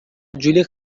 جولی